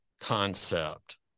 concept